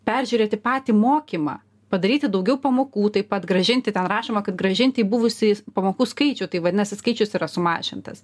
peržiūrėti patį mokymą padaryti daugiau pamokų taip pat grąžinti ten rašoma kad grąžinti į buvusį pamokų skaičių tai vadinasi skaičius yra sumažintas